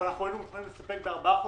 אבל אנחנו היינו מוכנים להסתפק בארבעה חודשים,